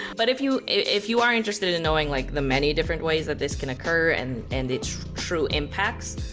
but if you if you are interested in knowing like the many different ways that this can occur and and its true impacts,